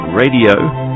radio